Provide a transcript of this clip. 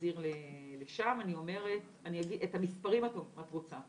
אחזיר לשם, את המספרים את רוצה?